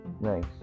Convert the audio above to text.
Nice